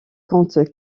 compte